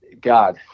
God